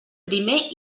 primer